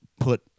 Put